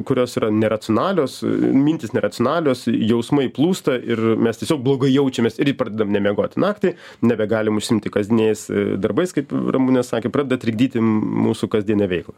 kurios yra neracionalios mintys neracionalios jausmai plūsta ir mes tiesiog blogai jaučiamės ir pradedam nemiegoti naktį nebegalim užsiimti kasdieniais darbais kaip ramunė sakė pradeda trikdyti mūsų kasdienę veiklą